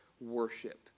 worship